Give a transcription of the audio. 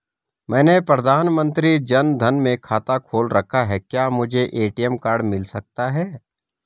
मैंने प्रधानमंत्री जन धन में खाता खोल रखा है क्या मुझे ए.टी.एम कार्ड मिल सकता है?